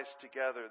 together